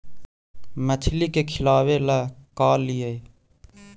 मछली के खिलाबे ल का लिअइ?